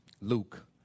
Luke